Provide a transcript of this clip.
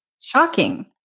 shocking